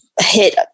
hit